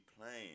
playing